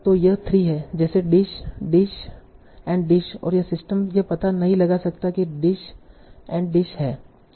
तों यह 3 है जैसे डिस डिस एंड डिस और सिस्टम यह पता नहीं लगा सका की डिस एंड डिस है